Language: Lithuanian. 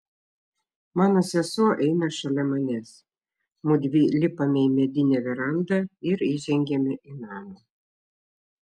mano sesuo eina šalia manęs mudvi lipame į medinę verandą ir įžengiame į namą